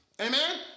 Amen